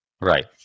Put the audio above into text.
Right